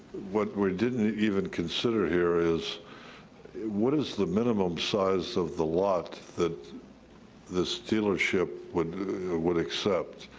what we didn't even consider here is what is the minimum size of the lot that this dealership would would accept?